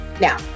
Now